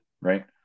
Right